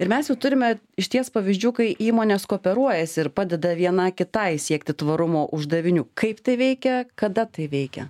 ir mes jau turime išties pavyzdžių kai įmonės kooperuojasi ir padeda viena kitai siekti tvarumo uždavinių kaip tai veikia kada tai veikia